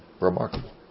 remarkable